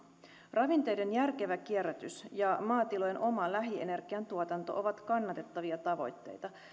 ravinteiden järkevä kierrätys ja maatilojen oma lähi energian tuotanto ovat kannatettavia tavoitteita